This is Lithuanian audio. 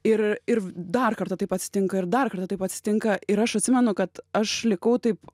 ir ir dar kartą taip atsitinka ir dar kartą taip atsitinka ir aš atsimenu kad aš likau taip